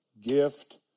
Gift